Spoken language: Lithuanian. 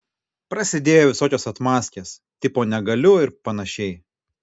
prasidėjo visokios atmazkės tipo negaliu ir panašiai